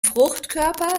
fruchtkörper